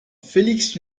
félix